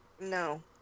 no